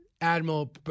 Admiral